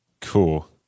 Cool